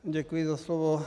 Děkuji za slovo.